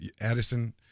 Addison